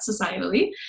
societally